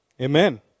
Amen